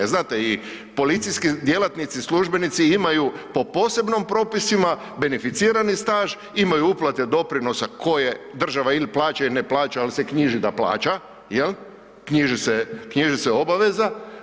Znate, i policijski djelatnici i službenici imaju po posebnom propisima beneficirani staž, imaju uplate doprinosa koje država ili plaća ili ne plaća, ali se knjiži da plaća, jel, knjiži se, knjiži se obaveza.